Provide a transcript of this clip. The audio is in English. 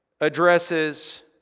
addresses